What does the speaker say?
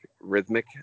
rhythmic